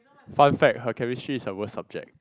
fun fact her chemistry is her worse subject